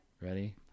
Ready